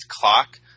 clock